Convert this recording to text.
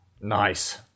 Nice